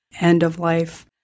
end-of-life